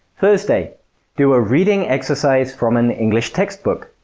thursday do a reading exercise from an english textbook